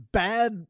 bad –